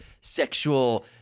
sexual